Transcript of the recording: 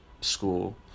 school